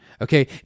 Okay